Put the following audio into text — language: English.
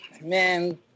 Man